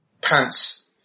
pants